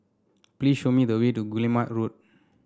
please show me the way to Guillemard Road